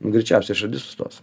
greičiausiai širdis sustos